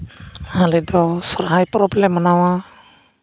ᱟᱞᱮ ᱫᱚ ᱥᱚᱦᱨᱟᱭ ᱯᱚᱨᱚᱵᱽ ᱞᱮ ᱢᱟᱱᱟᱣᱟ